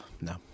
no